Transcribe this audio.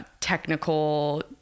technical